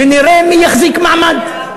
ונראה מי יחזיק מעמד.